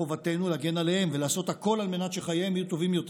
מחובתנו להגן עליהם ולעשות הכול על מנת שחייהם יהיו טובים יותר.